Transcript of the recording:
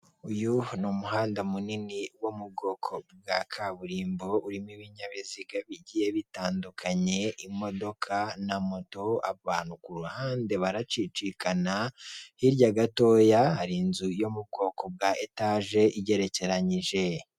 Uyu ni umuhanda munini wo mu bwoko bwa kaburimbo urimo ibinyabiziga bigiye bitandukanye imodoka na moto abantu ku ruhande baracicikana, hirya gatoya hari inzu yo mu bwoko bwa etaje igerekerenyije.